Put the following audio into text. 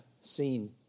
seen